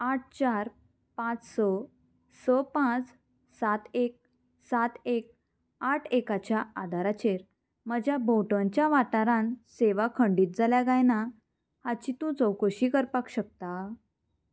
आठ चार पांच स स पांच सात एक सात एक आठ एकाच्या आदाराचेर म्हज्या भोंवतच्या वाठारांत सेवा खंडीत जाल्या काय ना हाची तूं चौकशी करपाक शकता